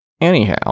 Anyhow